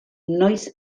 noiz